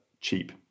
cheap